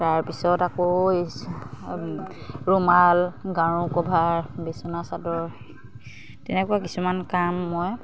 তাৰপিছত আকৌ এই ৰুমাল গাৰু কভাৰ বিচনা চাদৰ তেনেকুৱা কিছুমান কাম মই